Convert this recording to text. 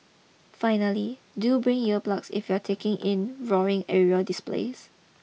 finally do bring ear plugs if you are taking in roaring aerial displays